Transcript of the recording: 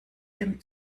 dem